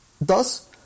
Thus